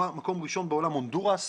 מקום ראשון בעולם הונדורס.